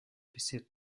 bisher